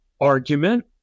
argument